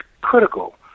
critical